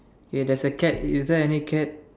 k there's a cat is there any cat